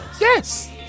Yes